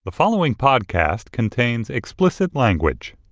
the following podcast contains explicit language